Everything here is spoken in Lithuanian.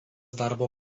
darbo